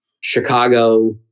Chicago